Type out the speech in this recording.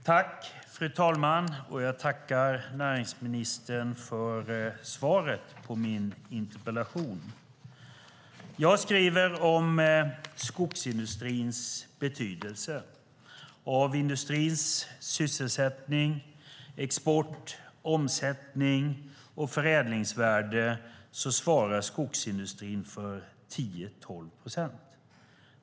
Fru talman! Jag tackar näringsministern för svaret på min interpellation. Jag skriver om skogsindustrins betydelse. Av industrins sysselsättning, export, omsättning och förädlingsvärde svarar skogsindustrin för 10-12 procent.